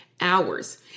hours